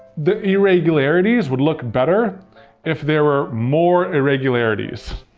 the irregularities would look better if there were more irregularities.